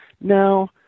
Now